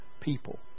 people